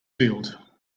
field